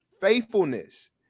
faithfulness